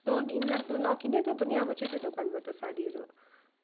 कस्तो घिनलाग्दो नकिन् है तँ पनि अब चाहिँ त्यो दोकानबाट साडीहरू